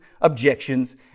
objections